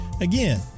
Again